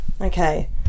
okay